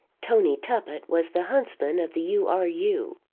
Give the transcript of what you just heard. tony tuppett was the huntsman of the u. r. u.